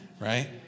right